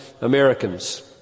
Americans